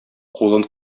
кулын